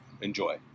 enjoy